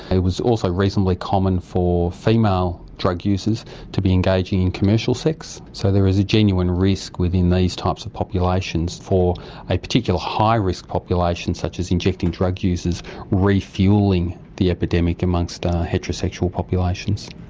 it was also reasonably common for female drug users to be engaging in commercial sex, so there is a genuine risk within these types of populations for a particular high risk population such as injecting drug users refuelling the epidemic amongst heterosexual populations.